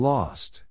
Lost